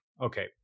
Okay